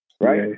Right